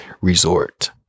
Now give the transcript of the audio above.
Resort